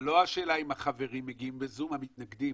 לא אם החברים מגיעים ב-זום אלא המתנגדים.